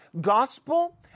Gospel